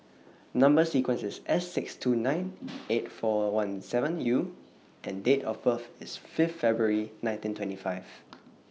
Number sequence IS S six two nine eight four one seven U and Date of birth IS Fifth February nineteen twenty five